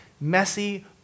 messy